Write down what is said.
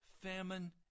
famine